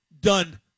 done